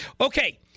Okay